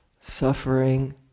suffering